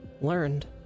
learned